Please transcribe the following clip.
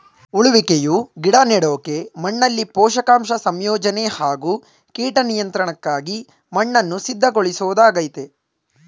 ಉಳುವಿಕೆಯು ಗಿಡ ನೆಡೋಕೆ ಮಣ್ಣಲ್ಲಿ ಪೋಷಕಾಂಶ ಸಂಯೋಜನೆ ಹಾಗೂ ಕೀಟ ನಿಯಂತ್ರಣಕ್ಕಾಗಿ ಮಣ್ಣನ್ನು ಸಿದ್ಧಗೊಳಿಸೊದಾಗಯ್ತೆ